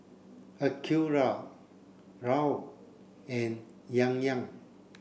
Acura Raoul and Yan Yan